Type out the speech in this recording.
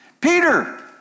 Peter